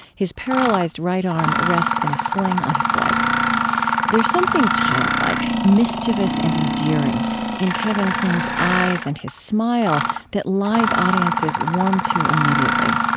his paralyzed right arm rests in a sling on his leg there's something childlike, mischievous, and endearing in kevin kling's eyes and his smile that live audiences warm to immediately.